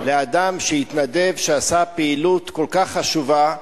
לאדם שהתנדב, שעשה פעילות כל כך חשובה.